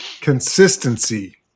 consistency